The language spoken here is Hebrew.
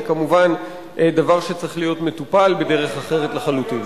זה כמובן דבר שצריך להיות מטופל בדרך אחרת לחלוטין.